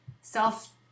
self